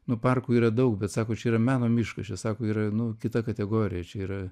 nu parkų yra daug bet sako čia yra meno miškas čia sako yra nu kita kategorija čia yra